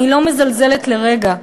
אני לא מזלזלת לרגע.